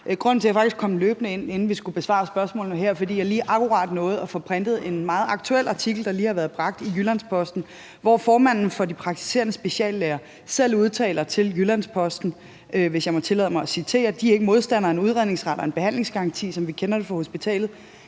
grunden til, at jeg kom løbende ind, inden jeg skulle besvare spørgsmålene her, at jeg lige akkurat nåede at få printet en meget aktuel artikel, der lige er blevet bragt i Jyllands-Posten, hvor formanden for de praktiserende speciallæger siger, at de ikke er modstandere af en udredningsret og en behandlingsgaranti, som vi kender det fra hospitalet,